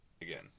Again